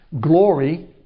Glory